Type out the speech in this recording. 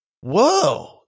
Whoa